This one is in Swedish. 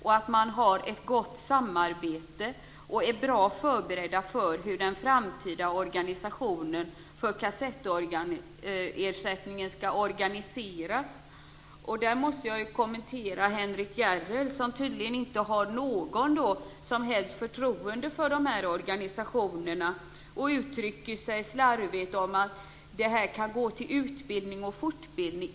Man har också ett gott samarbete och är bra förberedd på hur den framtida organisationen för kassettersättningen skall organiseras. På den punkten måste jag kommentera Henrik S Järrel, som tydligen inte har något som helst förtroende för organisationerna. Han uttrycker sig slarvigt och säger att det här kan gå till utbildning och fortbildning.